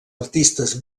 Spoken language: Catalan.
artistes